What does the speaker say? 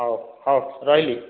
ହଉ ହଉ ରହିଲି